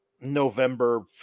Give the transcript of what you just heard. november